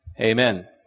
Amen